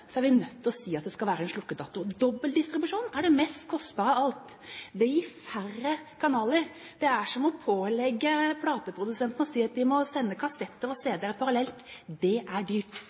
er vi nødt til å si at det skal være en slukkedato. Dobbel distribusjon er det mest kostbare av alt. Det gir færre kanaler. Det er som å pålegge plateprodusentene å sende kassetter og cd-er parallelt. Det er dyrt.